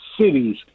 cities